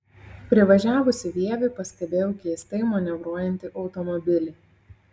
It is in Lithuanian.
privažiavusi vievį pastebėjau keistai manevruojantį automobilį